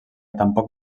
tampoc